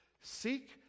Seek